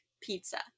pizza